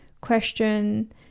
question